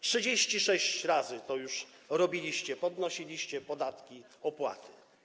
36 razy to już robiliście, podnosiliście podatki, opłaty.